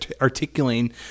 articulating